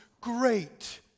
great